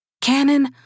Cannon